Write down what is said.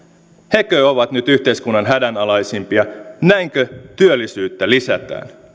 hekö ovat nyt yhteiskunnan hädänalaisimpia näinkö työllisyyttä lisätään